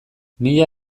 mila